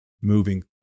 moving